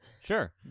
Sure